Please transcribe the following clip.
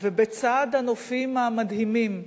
ובצד הנופים המדהימים,